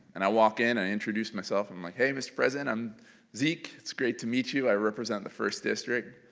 and i walk in, i introduce myself, i'm like hey mr. president i'm zeke, it's great to meet you. i represent the first district.